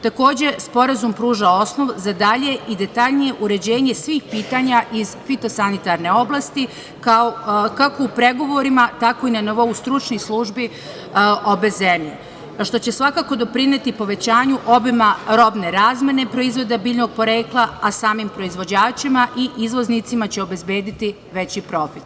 Takođe, Sporazum pruža osnov za dalje i detaljnije uređenje svih pitanja iz fitosanitarne oblasti, kako u pregovorima, tako i na nivou stručnih službi obe zemlje, što će svakako doprineti povećanju obima robne razmene, proizvoda biljnog porekla, a samim proizvođačima i izvoznicima će obezbediti veći profit.